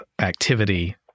activity